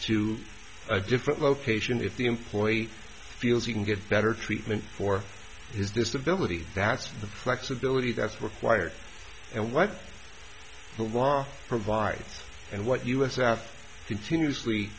to a different location if the employee feels he can get better treatment for his disability that's the flexibility that's required and what who are provided and what us after continuously